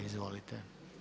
Izvolite.